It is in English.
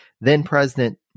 then-President